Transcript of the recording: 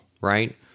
Right